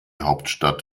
hauptstadt